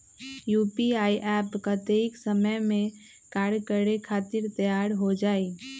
UPI app कतेइक समय मे कार्य करे खातीर तैयार हो जाई?